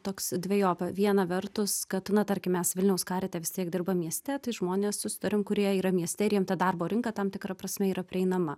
toks dvejopa viena vertus kad na tarkim mes vilniaus karite vis tiek dirbam mieste tai žmonės susitariam kurie yra mieste ir jiem ta darbo rinka tam tikra prasme yra prieinama